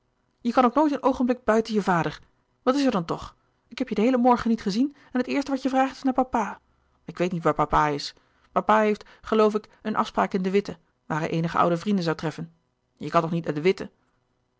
je kan ook nooit een oogenblik buiten je vader wat is er dan toch ik heb je den heelen morgen niet gezien en het eerste wat je vraagt is naar papa ik weet niet waar papa is papa heeft geloof ik een afspraak in de witte waar hij eenige oude vrienden zoû treffen je kan toch niet naar de witte